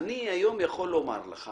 אני היום יכול לומר לך